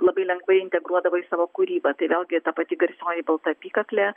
labai lengvai integruodavo į savo kūrybą tai vėlgi ta pati garsioji balta apykaklė